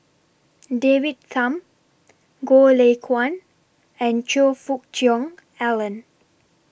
David Tham Goh Lay Kuan and Choe Fook Cheong Alan